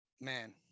man